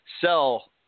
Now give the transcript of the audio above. sell